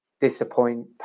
disappoint